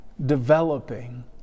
Developing